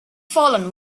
fallen